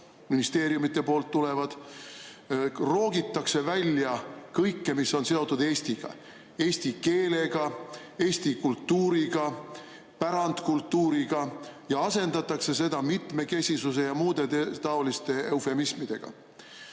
ministeeriumide poolt tulevad, roogitakse välja kõike, mis on seotud Eestiga – eesti keelega, eesti kultuuriga, pärandkultuuriga –, ja asendatakse "mitmekesisuse" ja muude taoliste eufemismidega. Samal